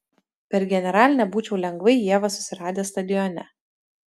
per generalinę būčiau lengvai ievą susiradęs stadione